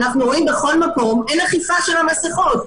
אנחנו רואים בכל מקום שאין אכיפה של המסכות.